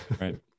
right